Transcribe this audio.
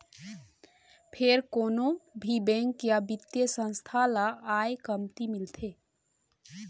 फेर कोनो भी बेंक या बित्तीय संस्था ल आय कमती मिलथे